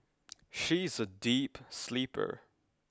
she is a deep sleeper